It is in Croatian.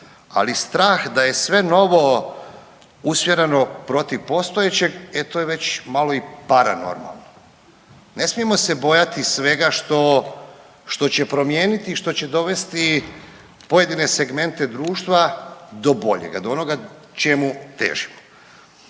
ali strah da je sve novo usmjereno protiv postojećeg e to je već malo i paranormalno. Ne smijemo se bojati svega što će promijeniti i što će dovesti pojedine segmente društva do boljega, do onoga čemu težimo.